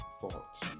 thoughts